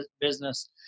business